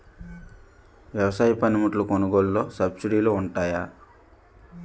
వ్యవసాయ పనిముట్లు కొనుగోలు లొ సబ్సిడీ లు వుంటాయా?